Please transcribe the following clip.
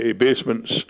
basements